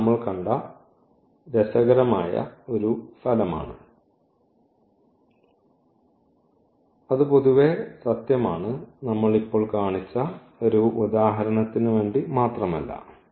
അത് നമ്മൾ കണ്ട രസകരമായ ഫലമാണ് അത് പൊതുവെ സത്യമാണ് നമ്മൾ ഇപ്പോൾ കാണിച്ച ഉദാഹരണത്തിനു മാത്രമല്ല